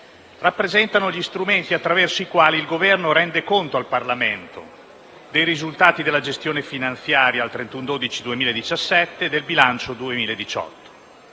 rappresentano gli strumenti attraverso i quali il Governo rende conto al Parlamento dei risultati della gestione finanziaria al 31 dicembre 2017 del bilancio 2018.